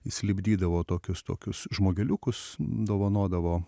jis lipdydavo tokius tokius žmogeliukus dovanodavo